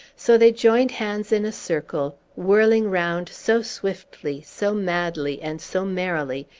so they joined hands in a circle, whirling round so swiftly, so madly, and so merrily,